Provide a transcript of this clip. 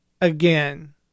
again